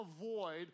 avoid